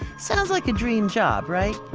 sounds like a dream job, right?